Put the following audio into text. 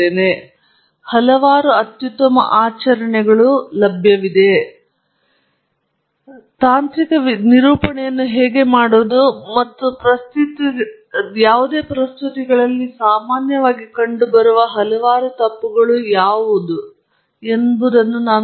ನಾನು ಏನು ಮಾಡುತ್ತೇನೆ ಈ ವರ್ಗದ ಮೂಲಕ ಹಲವಾರು ಅತ್ಯುತ್ತಮ ಆಚರಣೆಗಳು ಆದ್ದರಿಂದ ಮಾತನಾಡಲು ತಾಂತ್ರಿಕ ನಿರೂಪಣೆಯನ್ನು ಹೇಗೆ ಮಾಡುವುದು ಮತ್ತು ಪ್ರಸ್ತುತಿಗಳಲ್ಲಿ ಸಾಮಾನ್ಯವಾಗಿ ಕಂಡುಬರುವ ಹಲವಾರು ತಪ್ಪುಗಳು ಯಾವುವು ಎಂದು ನಿಮಗೆ ತೋರಿಸುತ್ತದೆ